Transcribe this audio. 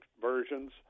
versions